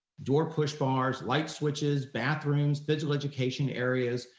door push bars, light switches, bathrooms, vigil education areas,